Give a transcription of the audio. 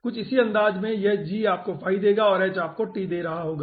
कुछ इसी अंदाज में यह g आपको फाई देगा और h आपको t दे रहा होगा